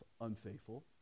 unfaithful